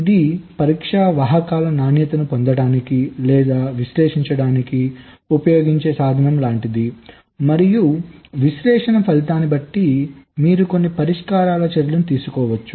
ఇది పరీక్షా వాహకాల నాణ్యతను పొందడానికి లేదా విశ్లేషించడానికి ఉపయోగించే సాధనం లాంటిది మరియు విశ్లేషణ ఫలితాన్ని బట్టి మీరు కొన్ని పరిష్కార చర్యలు తీసుకోవచ్చు